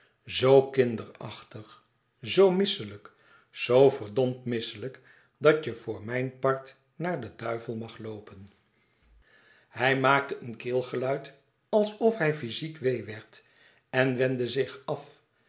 zoo kinderachtig zoo misselijk zoo verdomd misselijk dat je voor mijn part naar den duivel mag loopen hij maakte een keelgeluid alsof hij phyziek weê werd en wendde zich af